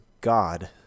God